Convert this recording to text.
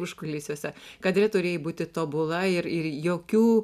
užkulisiuose kadre turėjai būti tobula ir ir jokių